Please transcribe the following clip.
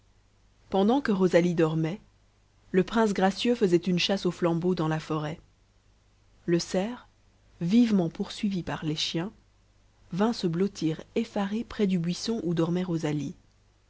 pendant que rosalie dormait le prince gracieux faisait une chasse aux flambeaux dans la forêt le cerf vivement poursuivi par les chiens vint se blottir effaré près du boisson où dormait rosalie